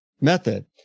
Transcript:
method